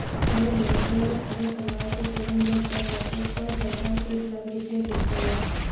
कवनो दुर्घटना में अगर परिवार के केहू मर जात बाटे तअ सरकार एक लाख रुपिया देत बिया